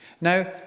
Now